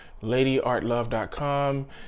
LadyArtLove.com